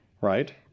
Right